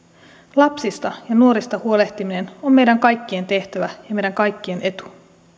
lapsista ja nuorista huolehtiminen on meidän kaikkien tehtävä ja meidän kaikkien etu